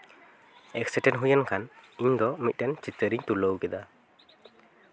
accident ᱦᱩᱭᱮᱱ ᱠᱷᱟᱱ ᱤᱧ ᱫᱚ ᱢᱤᱫᱴᱮᱱ ᱪᱤᱛᱟᱹᱨ ᱤᱧ ᱛᱩᱞᱟᱹᱣ ᱠᱮᱫᱟ